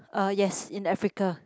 uh yes in Africa